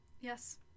Yes